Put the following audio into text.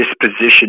Disposition